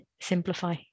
simplify